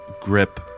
Grip